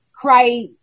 cry